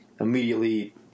immediately